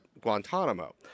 Guantanamo